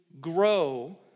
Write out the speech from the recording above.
grow